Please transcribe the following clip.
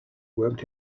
worked